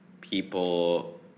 people